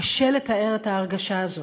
קשה לתאר את ההרגשה הזאת,